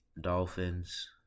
Dolphins